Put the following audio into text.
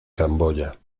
camboya